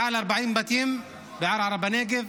מעל 40 בתים בערערה בנגב,